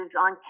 on